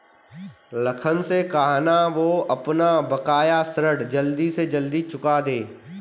लखन से कहना, वो अपना बकाया ऋण जल्द से जल्द चुका दे